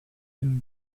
can